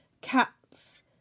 cats